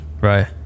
Right